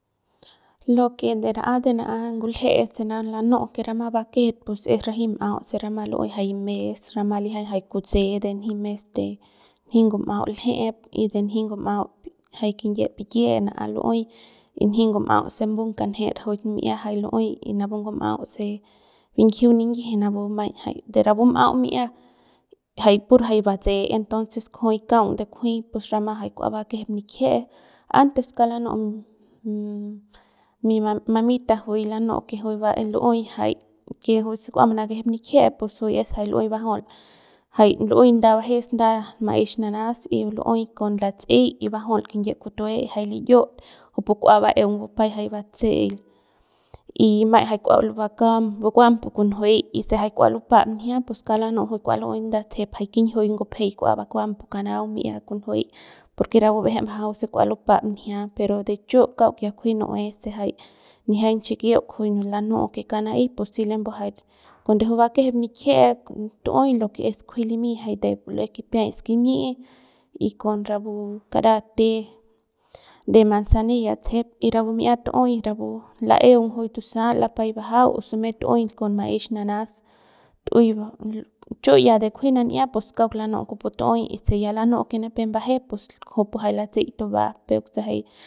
Lo que de ra'a de n'a ngulje'e se lanu'u que rama bakejet pues es ranji m'au se rama lu'uey jay mes rama lijiañ jay kutse de nji ngum'au ljep de nji ngum'au jay kinyie pikie nan'a lu'uey y nji ngum'au se mung kanje rajuik mi'ia jay lu'uey y napu ngum'au se binjiu ninyiji napu maiñ de rapu m'au bi'ia de pur jay batse entonces kujuy kaung de kunji jay rama jay kua bakejep nikjie antes kauk lanu'u mi ma mamita juy lanu'u que juy va lu'uey jay que juy se kua manakejep nikjie pus juy es jay lu'uey bajul jay lu'uey nda bajes nda maex nanas y lu'uey con lats'i y bajul kinyie kute jay liyiut kujupu kua baeung bupay jay batse'eil y maiñ jay kua bakam bukuam pu kunjuey y se jay kua lupap njia pus kauk lanu'u juy kua lu'uey nda tsejep jay kinjiuy ngupjey kua bakuam pu kanaung mia kunjuey porque rapu ba'jey majau se kua lupap njia pero de chiu kauk ya kunji nu'ue se jay nijiañ xikiuk kujuy lanu'u ke kauk na'ey pues si lembu jay cuando juy bakejep nikjie tu'uey lo que es kunji limy jay lo que es kipiay skimi'i y con rapu kara te de manzanilla tsejep y rapu mi'ia tu'ey rapu la'eung juy tusal lapay bajau o sume tu'uey con maex nanas tu'uey chi ya kunji nan'ia pus kauk lanu'u kupu tu'uey y si ya lanu'u que ya nipep mbajep kujupu ya latsey tuba peuk se jay.